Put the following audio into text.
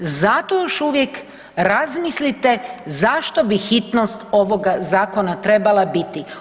Zato još uvijek razmislite zašto bi hitnost ovoga zakona trebala biti?